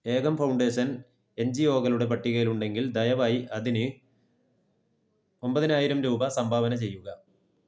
ഏകം foundation N G ഒകളുടെ പട്ടികയിൽ ഉണ്ടെങ്കിൽ ദയവായി അതിന് ഒമ്പതിനായിരം രൂപ സംഭാവന ചെയ്യുക